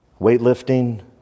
weightlifting